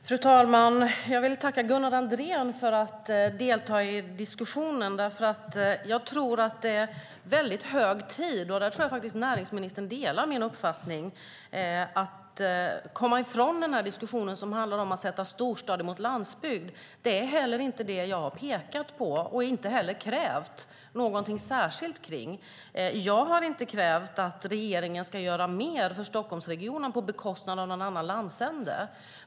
Fru talman! Jag vill tacka Gunnar Andrén för att han deltar i diskussionen. Jag tror att det är väldigt hög tid - och den uppfattningen tror jag faktiskt att näringsministern delar - att komma ifrån den diskussion som handlar om att sätta storstad mot landsbygd. Det är inte det jag har pekat på eller krävt något särskilt om. Jag har inte krävt att regeringen ska göra mer för Stockholmsregionen på bekostnad av någon annan landsände.